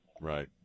Right